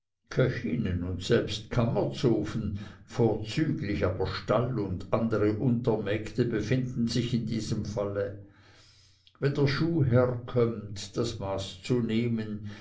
köchinnen und selbst kammerzofen vorzüglich aber stall und andere untermägde befinden sich in diesem falle wenn der schuhherr kommt das maß zu nehmen